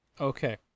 okay